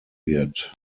wird